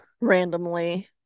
randomly